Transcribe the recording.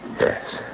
Yes